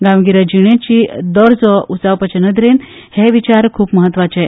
गांवगिऱ्या जिणेचो दर्जो उंचावपाचें नदरेन हे विचार खूब म्हत्वाचें